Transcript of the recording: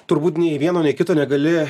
turbūt nei vieno nei kito negali